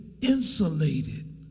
insulated